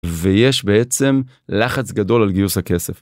ויש בעצם לחץ גדול על גיוס הכסף.